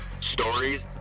stories